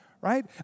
right